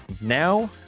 now